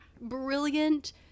Brilliant